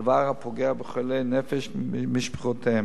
דבר הפוגע בחולי הנפש ובמשפחותיהם.